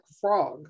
frog